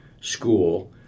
school